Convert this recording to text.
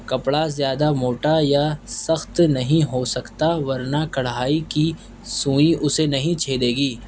کپڑا زیادہ موٹا یا سخت نہیں ہو سکتا ورنہ کڑھائی کی سوئی اسے نہیں چھیدے گی